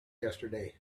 yesterday